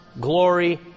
glory